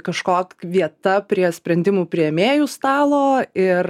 kažkok vieta prie sprendimų priėmėjų stalo ir